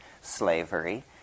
slavery